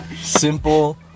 Simple